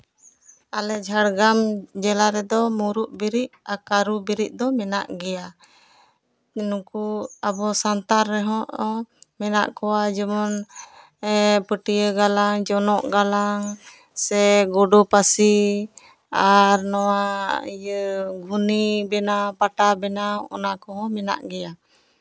ᱟᱞᱮ ᱡᱷᱟᱲᱜᱨᱟᱢ ᱡᱮᱞᱟ ᱨᱮᱫᱚ ᱢᱩᱬᱩᱫ ᱵᱤᱨᱤᱫ ᱟᱨ ᱠᱟᱹᱨᱩ ᱵᱤᱨᱤᱫ ᱫᱚ ᱢᱮᱱᱟᱜ ᱜᱮᱭᱟ ᱱᱩᱠᱩ ᱟᱵᱚ ᱥᱟᱶᱛᱟ ᱨᱮᱦᱚᱸ ᱢᱮᱱᱟᱜ ᱠᱚᱣᱟ ᱡᱮᱢᱚᱱ ᱯᱟᱹᱴᱭᱟᱹ ᱜᱟᱞᱟᱝ ᱡᱚᱱᱚᱜ ᱜᱟᱞᱟᱝ ᱥᱮ ᱜᱩᱰᱩ ᱯᱟᱹᱥᱤ ᱟᱨ ᱱᱚᱣᱟ ᱤᱭᱟᱹ ᱜᱷᱩᱱᱤ ᱵᱮᱱᱟᱣ ᱯᱟᱴᱟ ᱵᱮᱱᱟᱣ ᱚᱱᱟ ᱠᱚᱦᱚᱸ ᱢᱮᱱᱟᱜ ᱜᱮᱭᱟ